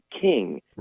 king